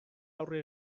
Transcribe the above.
aurre